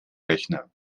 rechner